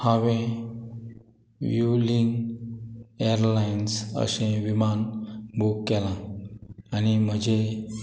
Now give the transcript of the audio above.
हांवें युलींग एरलायन्स अशें विमान बूक केलां आनी म्हजें